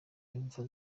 imvo